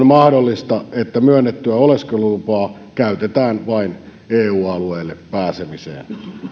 mahdollista että myönnettyä oleskelulupaa käytetään vain eu alueelle pääsemiseen